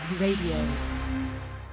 Radio